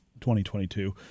2022